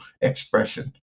expression